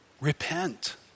Repent